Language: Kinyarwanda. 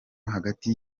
hagati